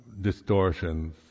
distortions